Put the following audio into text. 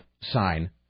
sign